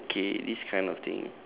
okay this kind of thing